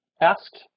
asked